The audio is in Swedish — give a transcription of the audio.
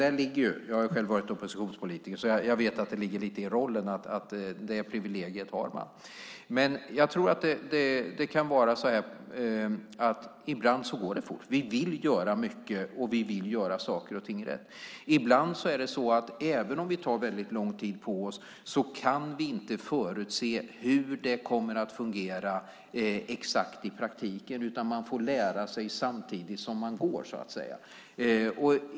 Jag har själv varit oppositionspolitiker, så jag vet att det ligger lite i rollen att man har det privilegiet. Ibland går det fort. Vi vill göra mycket, och vi vill göra saker och ting rätt. Även om vi tar väldigt lång tid på oss kan vi inte alltid förutse hur det kommer att fungera exakt i praktiken, utan man får lära sig samtidigt som man går, så att säga.